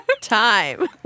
time